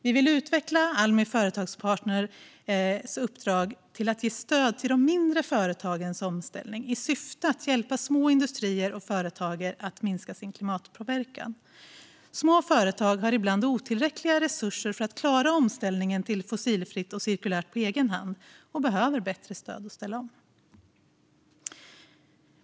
Vi vill utveckla Almi Företagspartners uppdrag till att ge stöd till de mindre företagens omställning i syfte att hjälpa små industrier och företag att minska sin klimatpåverkan. Små företag har ibland otillräckliga resurser för att klara omställningen till fossilfritt och cirkulärt på egen hand och behöver bättre stöd att ställa om.